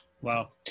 Wow